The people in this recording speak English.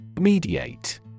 Mediate